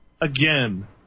again